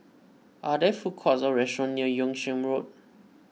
are there food courts or restaurants near Yung Sheng Road